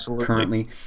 currently